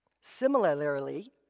Similarly